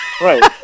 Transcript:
Right